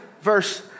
verse